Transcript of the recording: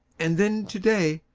and then to-day,